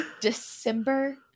December